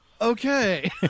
Okay